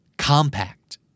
Compact